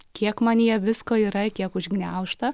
kiek manyje visko yra kiek užgniaužta